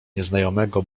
nieznajomego